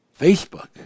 Facebook